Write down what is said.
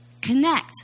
connect